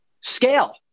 scale